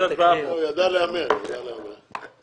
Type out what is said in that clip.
שייתנו לי מיליון שקלים למעלית עבור נכים.